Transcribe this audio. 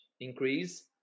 increase